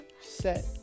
set